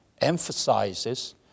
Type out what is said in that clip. emphasizes